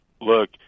look